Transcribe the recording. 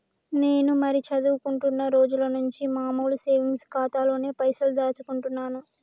నేను మరీ చదువుకుంటున్నా రోజుల నుంచి మామూలు సేవింగ్స్ ఖాతాలోనే పైసలు దాచుకుంటున్నాను